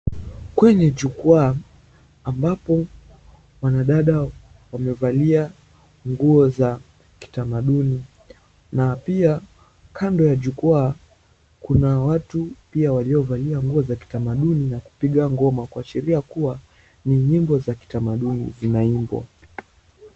Kwenye jukwaa ambapo wanadada wamevalia nguo za kitamaduni na pia kando ya jukwa kuna watu pia waliovalia nguo za kitamaduni na kupiga ngoma kuashiria kuwa ni nyimbo za kitamaduni zinaimbwa.